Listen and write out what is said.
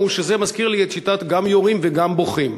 זה מזכיר לי את שיטת "גם יורים וגם בוכים".